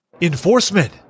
Enforcement